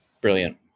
Brilliant